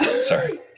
Sorry